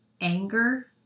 anger